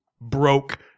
broke